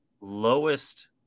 lowest